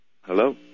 hello